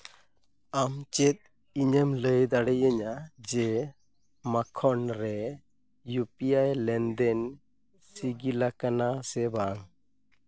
ᱟᱢ ᱪᱮᱫ ᱤᱧᱮᱢ ᱞᱟᱹᱭ ᱫᱟᱲᱮᱭᱟᱹᱧᱟᱹ ᱡᱮ ᱢᱟᱠᱷᱚᱱ ᱨᱮ ᱤᱭᱩ ᱯᱤ ᱟᱭ ᱞᱮᱱᱫᱮᱱ ᱥᱤᱜᱤᱞᱟᱠᱟᱱᱟ ᱥᱮ ᱵᱟᱝ